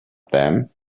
them